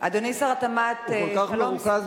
שלום שמחון.